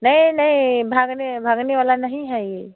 नहीं नहीं भागने भगने वाला नहीं है यह